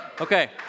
Okay